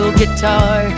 guitar